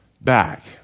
back